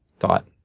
thought.